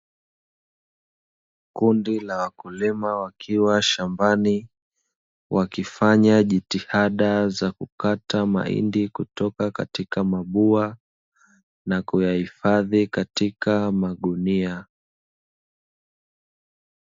Kundi la wakulima wakiwa shambani, wakifanya jitihada za kukata mahindi kutoka katika mabua, na kuyahifadhi katika magunia.